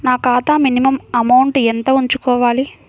నా ఖాతా minimum amount ఎంత ఉంచుకోవాలి?